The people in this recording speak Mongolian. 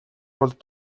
тулд